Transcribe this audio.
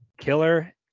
killer